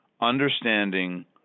understanding